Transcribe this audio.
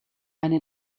eine